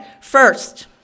First